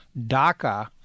DACA